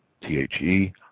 T-H-E